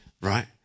right